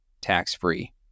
tax-free